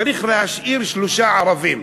צריך להשאיר שלושה ערבים: